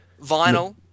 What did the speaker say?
vinyl